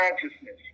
consciousness